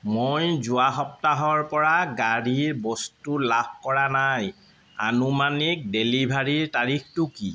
মই যোৱা সপ্তাহৰ পৰা গাড়ীৰ বস্তু লাভ কৰা নাই আনুমানিক ডেলিভাৰীৰ তাৰিখটো কি